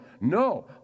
no